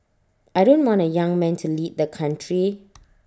I don't want A young man to lead the country